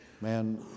Man